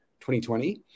2020